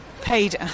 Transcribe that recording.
paid